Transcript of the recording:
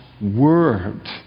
Word